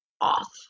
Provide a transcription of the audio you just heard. off